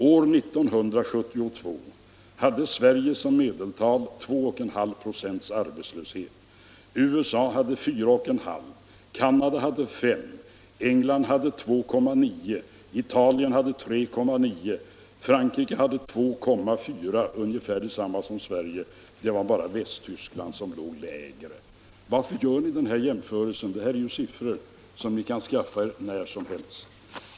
År 1972 hade Sverige i medeltal 2,5 96 arbetslöshet, USA hade 4,5, Canada 5, England 2,9, Italien 3,9 och Frankrike hade 2,4 96, ungefär detsamma som Sverige. Det var bara Västtyskland som låg lägre. Varför gör ni den här jämförelsen? Det här är ju siffror som vi kan skaffa er när som helst!